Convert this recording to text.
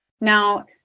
Now